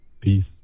Peace